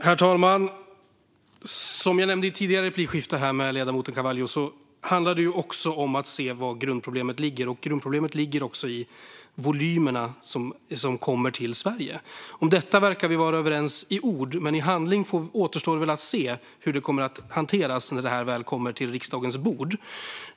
Herr talman! Som jag nämnde i tidigare replikskifte med ledamoten Carvalho handlar det ju också om att se vad grundproblemet ligger i, nämligen volymerna som kommer till Sverige. Om detta verkar vi vara överens i ord, men i handling återstår det att se hur det hanteras när detta väl kommer till riksdagens bord.